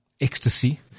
ecstasy